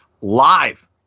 live